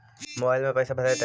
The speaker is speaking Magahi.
मोबाईल में पैसा भरैतैय?